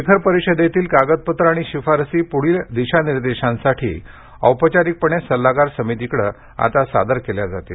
शिखर परिषदेतील कागदपत्रे आणि शिफारसी पुढील दिशानिर्देशांसाठी औपचारिकपणे सल्लागार समितीकडे आता सादर केल्या जातील